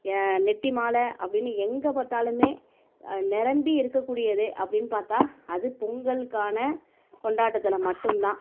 நெட்டி மாலை அப்படினு எங்கே பார்த்தாலுமே நிரம்பி இருக்கக்கூடியது அப்படின் பார்த்தா அது பொங்கலுகான கொண்டாட்டத்தில் மட்டும் தான்